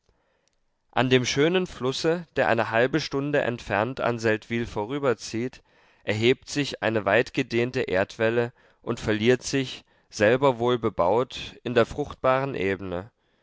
an dem schönen flusse der eine halbe stunde entfernt an seldwyl vorüberzieht erhebt sich eine weitgedehnte erdwelle und verliert sich selber wohlbebaut in der fruchtbaren ebene